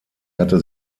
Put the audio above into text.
hatte